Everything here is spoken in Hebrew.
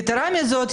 יתרה מזאת,